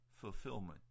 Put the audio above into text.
fulfillment